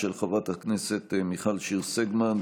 של חברת הכנסת מיכל שיר סגמן,